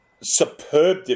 superb